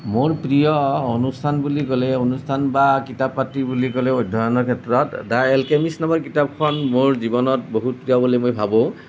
মোৰ প্ৰিয় অনুষ্ঠান বুলি ক'লে অনুষ্ঠান বা কিতাপ পাতি বুলি ক'লে অধ্যয়নৰ ক্ষেত্ৰত দ্য এলকেমিষ্ট নামৰ কিতাপখন মোৰ জীৱনত বহুত কিবা বুলি মই ভাবোঁ